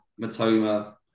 Matoma